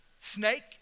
snake